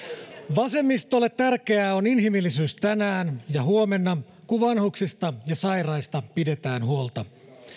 vasemmistolle tärkeää on inhimillisyys tänään ja huomenna kun vanhuksista ja sairaista pidetään huolta